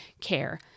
care